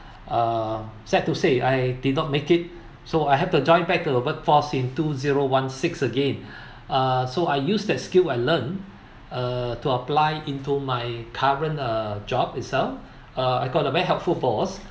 uh sad to say I did not make it so I have to join back to the workforce in two zero one six again uh so I use that skill I learn uh to apply into my current uh job itself uh I got a very helpful boss